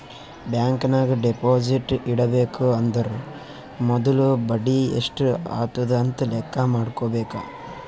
bank ನಾಗ್ deposit ಇಡಬೇಕ ಅಂದುರ್ ಮೊದುಲ ಬಡಿ ಎಸ್ಟ್ ಆತುದ್ ಅಂತ್ ಲೆಕ್ಕಾ ಮಾಡ್ಕೋಬೇಕ